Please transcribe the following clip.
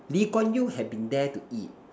Lee-Kuan-Yew had been there to eat